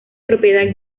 propiedad